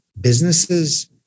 businesses